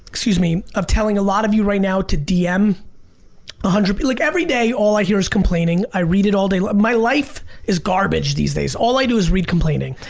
excuse me, of telling a lot of you right now to dm a hundred like every day, all i hear is complaining. i read it all day. my life is garbage these days, all i do is read complaining.